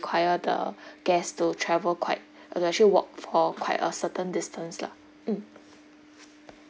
acquire the guests to travel quite uh actually walk for quite a certain distance lah mm